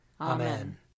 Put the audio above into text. Amen